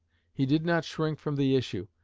he did not shrink from the issue,